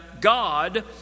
God